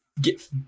get